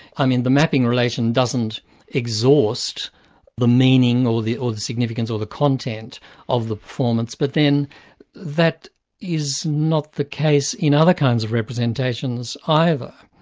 i mean the mapping relation doesn't exhaust the meaning or the or the significance or the content of the performance, but then that is not the case in other kinds of representations either.